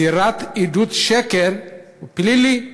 מסירת עדות שקר זה פלילי,